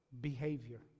behavior